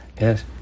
yes